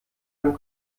dem